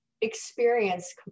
experience